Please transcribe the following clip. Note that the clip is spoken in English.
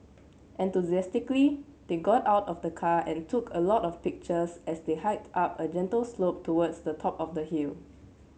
enthusiastically they got out of the car and took a lot of pictures as they hiked up a gentle slope towards the top of the hill